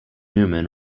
newman